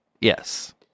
Yes